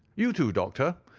you too, doctor,